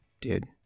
dude